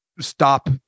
stop